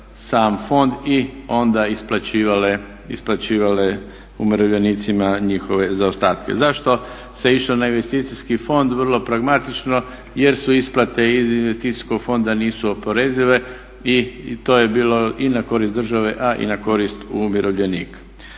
sam fond i onda isplaćivale umirovljenicima njihove zaostatke. Zašto se išlo na investicijski fond, vrlo pragmatično jer isplate iz investicijskog fonda nisu oporezive i to je bilo i na korist države a i na korist umirovljenika.